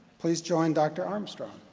please join dr. armstrong.